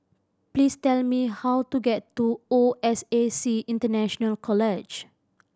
please tell me how to get to O S A C International College